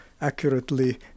accurately